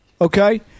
Okay